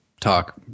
talk